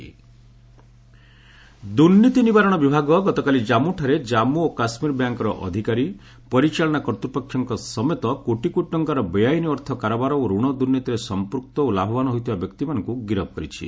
anti-corruption bureau ଦୁର୍ନୀତି ନିବାରଣ ବିଭାଗ ଗତକାଲି କାଞ୍ଗୁଠାରେ ଜାମ୍ଗୁ ଓ କାଶ୍ମୀର ବ୍ୟାଙ୍କର ଅଧିକାରୀ ପରିଚାଳନା କର୍ତ୍ତୃପକ୍ଷଙ୍କ ସମେତ କୋଟିକୋଟି ଟଙ୍କାର ବେଆଇନ ଅର୍ଥ କାରବାର ଓ ଋଣ ଦୁର୍ନୀତିରେ ସଫପୂକ୍ତ ଓ ଲାଭବାନ ହୋଇଥିବା ବ୍ୟକ୍ତିମାନଙ୍କୁ ଗିରଫ କରିଛି